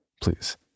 Please